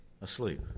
asleep